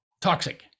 toxic